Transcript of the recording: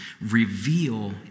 reveal